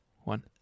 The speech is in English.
one